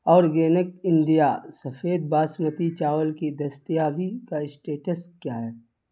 organic India سفید باسمتی چاول کی دستیابی کا اسٹیٹس کیا ہے